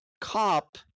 cop